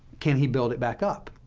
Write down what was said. can he build it back up,